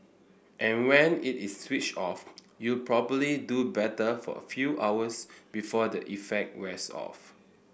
and when it is switched off you probably do better for a few hours before the effect wears off